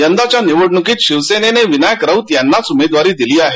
यंदाच्या निवडणुकीत शिवसेनेने विनायक राऊत यांनाच उमेदवारी दिली आहे